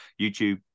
youtube